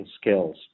skills